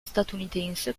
statunitense